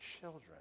children